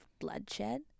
bloodshed